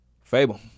Fable